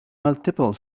multiple